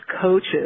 coaches